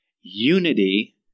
unity